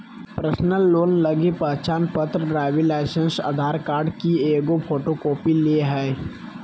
personal loan लगी पहचानपत्र, driving licence, Aadhaar card की एगो फोटोकॉपी ले हइ